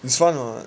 it's fun [what]